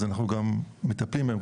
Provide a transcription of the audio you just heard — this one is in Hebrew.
אז אנחנו גם מטפלים בהן.